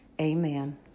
Amen